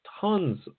tons